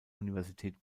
universität